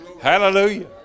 Hallelujah